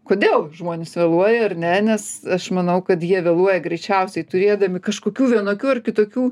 kodėl žmonės vėluoja ar ne nes aš manau kad jie vėluoja greičiausiai turėdami kažkokių vienokių ar kitokių